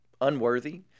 unworthy